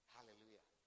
Hallelujah